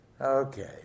Okay